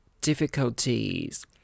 difficulties